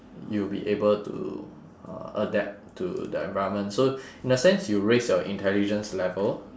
you'll be able to uh adapt to the environment so in a sense you raise your intelligence level